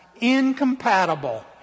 incompatible